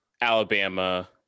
Alabama